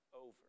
over